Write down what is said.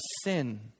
sin